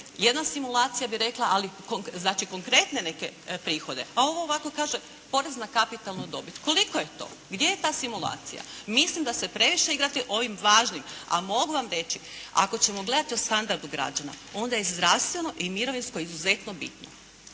Jedna simulacija bi rekla, ali znači konkretne neke prihode, a ovo ovako kaže, porez na kapitalnu dobit. Koliko je to? Gdje je da simulacija? Mislim da se previše igrate ovim važnim, a mogu vam reći ako ćemo gledati o standardu građana, onda je zdravstveno i mirovinsko izuzetno bitno.